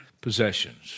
possessions